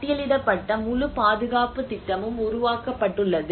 பட்டியலிடப்பட்ட முழு பாதுகாப்பு திட்டமும் உருவாக்கப்பட்டுள்ளது